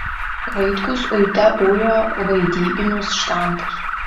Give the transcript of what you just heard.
vaitkus uite ujo vaidybinius štampus